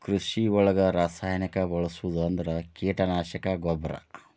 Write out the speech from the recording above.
ಕೃಷಿ ಒಳಗ ರಾಸಾಯನಿಕಾ ಬಳಸುದ ಅಂದ್ರ ಕೇಟನಾಶಕಾ, ಗೊಬ್ಬರಾ